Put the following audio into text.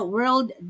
World